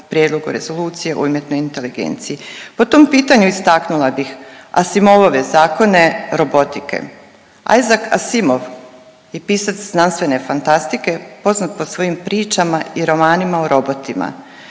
prijedlogu rezolucije o umjetnoj inteligenciji. Po tom pitanju istaknula bih Asimovove zakone robotike. Isaac Asimov je pisac znanstvene fantastike poznat po svojim pričama i romanima o robotima.